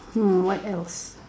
hmm what else